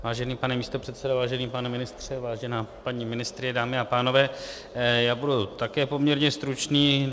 Vážený pane místopředsedo, vážený pane ministře, vážená paní ministryně, dámy a pánové, já budu také poměrně stručný.